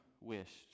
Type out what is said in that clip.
wished